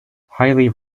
highly